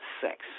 sex